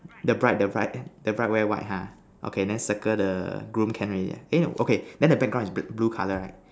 the bride the bride the bride wear white ha okay then circle the groom can already eh no then the background is blue color right